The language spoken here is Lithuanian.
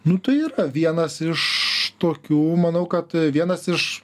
nu tai yra vienas iš tokių manau kad vienas iš